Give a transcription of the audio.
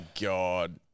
God